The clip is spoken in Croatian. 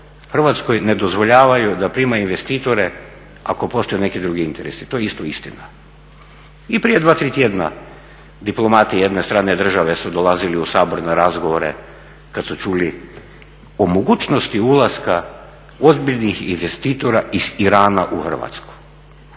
Hrvatskoj ne dozvoljavaju da primaju investitore ako postoje neki drugi interesi, to je isto istina. I prije 2, 3 tjedna diplomati jedne strane države su dolazili u Sabor na razgovore kada su čuli o mogućnosti ulaska ozbiljnih investitora iz Irana u Hrvatsku.